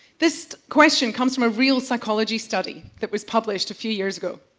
this question comes from a real psychology study that was published a few years ago.